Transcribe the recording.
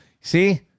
See